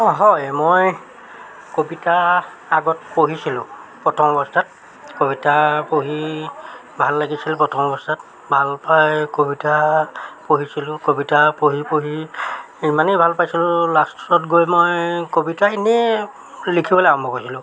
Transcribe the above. অঁ হয় মই কবিতা আগত পঢ়িছিলোঁ প্ৰথম অৱস্থাত কবিতা পঢ়ি ভাল লাগিছিল প্ৰথম অৱস্থাত ভালপায় কবিতা পঢ়িছিলোঁ কবিতা পঢ়ি পঢ়ি ইমানেই ভাল পাইছিলোঁ লাষ্টত গৈ মই কবিতা এনেই লিখিবলৈ আৰম্ভ কৰিছিলোঁ